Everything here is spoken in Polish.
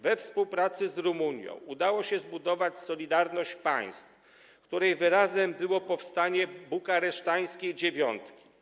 We współpracy z Rumunią udało się zbudować solidarność państw, której wyrazem było powstanie bukaresztańskiej dziewiątki.